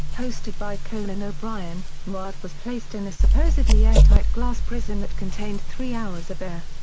hosted by conan o'brien, newhart was placed in a supposedly airtight glass prison that contained three hours of air.